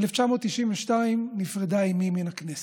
ב-1992 נפרדה אימי מן הכנסת.